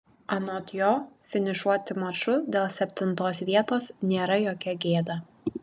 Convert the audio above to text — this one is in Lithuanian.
anot jo finišuoti maču dėl septintos vietos nėra jokia gėda